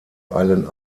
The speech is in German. allen